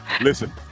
Listen